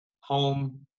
home